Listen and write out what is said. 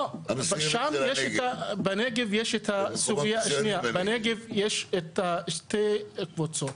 לא, בנגב יש את הסוגייה, יש שתי קבוצות.